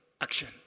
action